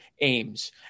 aims